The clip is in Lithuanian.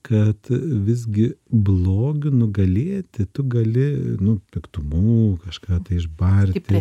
kad e visgi blogai nugalėti tu gali nu piktumu kažką tai išbarti